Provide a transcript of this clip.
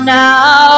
now